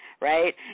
right